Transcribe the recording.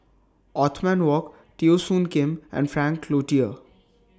Othman Wok Teo Soon Kim and Frank Cloutier